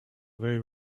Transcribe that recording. very